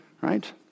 right